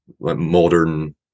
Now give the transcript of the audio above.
modern